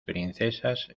princesas